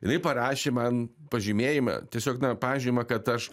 jinai parašė man pažymėjimą tiesiog na pažymą kad aš